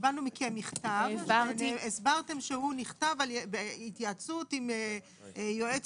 קיבלנו מכם מכתב שהסברתם שנכתב בהתייעצות עם יועץ